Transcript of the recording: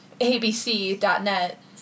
ABC.net